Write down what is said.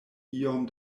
iom